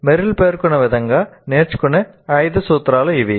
Merrill పేర్కొన్న విధంగా నేర్చుకునే ఐదు సూత్రాలు ఇవి